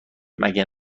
مگه